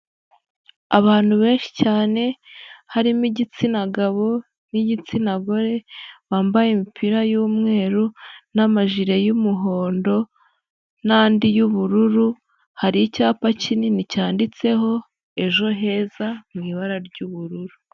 Abantu benshi cyane, harimo igitsina gabo n'igitsina gore, bambaye imipira y'umweru n'amajire y'umuhondo n'andi y'ubururu, hari icyapa kinini cyanditseho Ejo Heza mu ibara ry'ubururu.